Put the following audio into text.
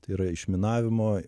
tai yra išminavimo